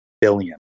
billion